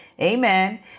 amen